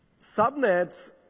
Subnets